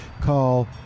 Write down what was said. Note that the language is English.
call